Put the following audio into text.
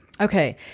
okay